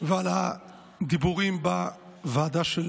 ועל הדיבורים בוועדה של